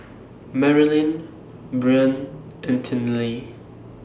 Marilyn Brien and